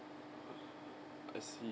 I see